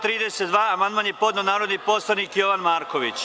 Na član 32. amandman je podneo narodni poslanik Jovan Marković.